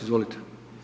Izvolite.